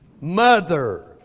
mother